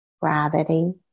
gravity